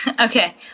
Okay